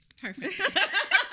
Perfect